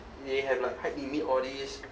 they had like height limit all these